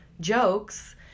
jokes